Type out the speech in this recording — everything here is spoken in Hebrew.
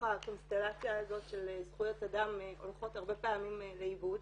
הקונסטלציה הזאת של זכויות אדם הולכות הרבה פעמים לאיבוד.